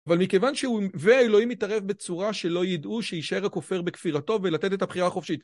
אבל מכיוון שהוא ואלוהים יתערב בצורה שלא ידעו שישאר הכופר בכפירתו ולתת את הבחירה החופשית